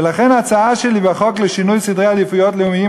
ולכן ההצעה שלי בחוק לשינוי סדרי עדיפויות לאומיים